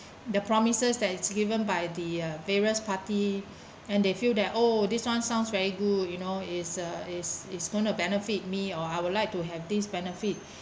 the promises that is given by the uh various party and they feel that oh this one sounds very good you know it's uh is is going to benefit me or I would like to have this benefit